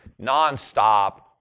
nonstop